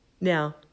Now